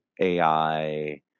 ai